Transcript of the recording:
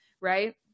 Right